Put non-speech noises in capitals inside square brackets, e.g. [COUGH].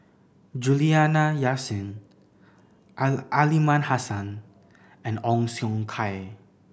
Juliana Yasin [UNINTELLIGIBLE] Aliman Hassan and Ong Siong Kai